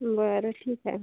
बरं ठीक आहे